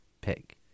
pick